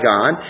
God